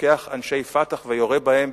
לוקח אנשי "פתח" ויורה בהם,